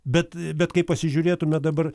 bet bet kai pasižiūrėtume dabar